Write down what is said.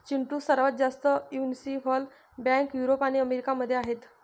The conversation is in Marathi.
चिंटू, सर्वात जास्त युनिव्हर्सल बँक युरोप आणि अमेरिका मध्ये आहेत